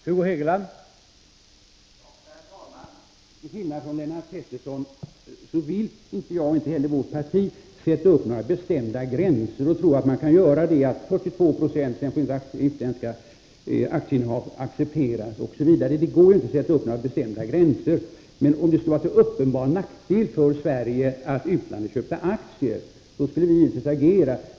Herr talman! Till skillnad från Lennart Pettersson vill varken jag eller vårt parti sätta upp några bestämda gränser. Vi tror inte att man kan säga att 42 9o är gränsen, sedan får inga utländska aktieinnehav accepteras, osv. Det går inte att sätta upp sådana gränser. Men om det skulle vara till uppenbar nackdel för Sverige att företag i utlandet köper aktier i svenska företag, skulle vi naturligtvis agera.